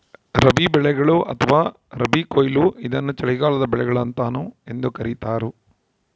ರಬಿ ಬೆಳೆಗಳು ಅಥವಾ ರಬಿ ಕೊಯ್ಲು ಇದನ್ನು ಚಳಿಗಾಲದ ಬೆಳೆಗಳು ಅಂತಾನೂ ಎಂದೂ ಕರೀತಾರ